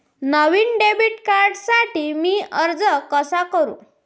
नवीन debit कार्डसाठी मी अर्ज कसा करू?